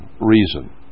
reason